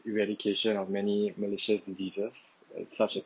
eradication of many malicious diseases such as